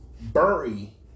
bury